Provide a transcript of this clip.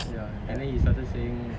ya and then he started saying